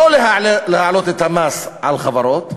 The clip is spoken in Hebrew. לא להעלות את המס על חברות.